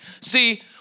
See